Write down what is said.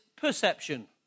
perception